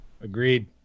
Agreed